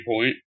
point